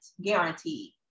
guaranteed